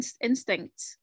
instinct